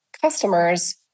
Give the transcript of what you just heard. customers